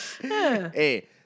Hey